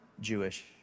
Jewish